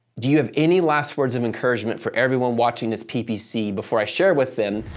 do you have any last words of encouragement for everyone watching this ppc before i share with them,